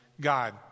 God